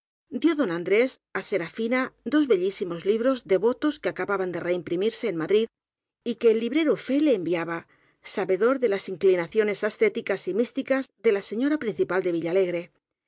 dió don andrés á serafina dos bellísimos libros devotos que acaba ban de reimprimirse en madrid y que el libero fé le enviaba sabedor de las inclinaciones ascéticas y místicas de la señora principal de villalegre